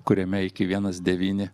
kuriame iki vienas devyni